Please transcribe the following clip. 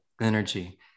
energy